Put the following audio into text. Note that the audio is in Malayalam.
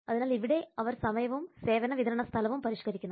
അതിനാൽ ഇവിടെ അവർ സമയവും സേവന വിതരണ സ്ഥലവും പരിഷ്ക്കരിക്കുന്നു